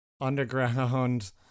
underground